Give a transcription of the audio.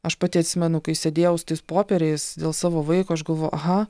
aš pati atsimenu kai sėdėjau su tais popieriais dėl savo vaiko aš galvojau aha